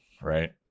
Right